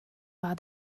war